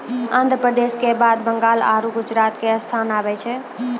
आन्ध्र प्रदेश के बाद बंगाल आरु गुजरात के स्थान आबै छै